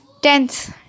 Tenth